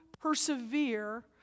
persevere